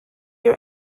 your